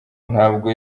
ntabwo